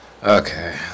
okay